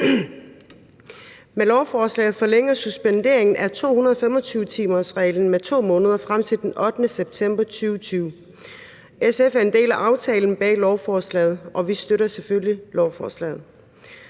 Med lovforslaget forlænges suspenderingen af 225-timersreglen med 2 måneder frem til den 8. september 2020. SF er en del af aftalen bag lovforslaget, og vi støtter selvfølgelig lovforslaget.